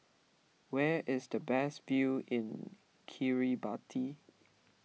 where is the best view in Kiribati